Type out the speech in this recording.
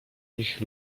nich